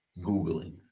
googling